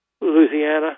Louisiana